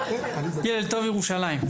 ילד טוב ירושלים.